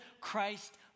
Christ